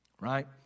Right